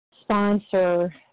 sponsor